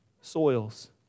soils